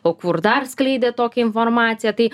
o kur dar skleidėt tokią informaciją tai